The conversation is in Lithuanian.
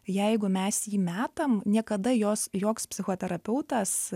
jeigu mes jį metam niekada jos joks psichoterapeutas